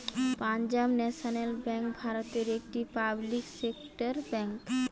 Punjab national bank ভারতের একটি public sector bank